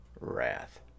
wrath